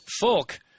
folk